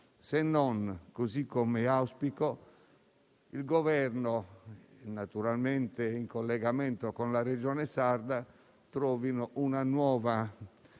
meno che, come auspico, il Governo, naturalmente in collegamento con la Regione sarda, trovi una nuova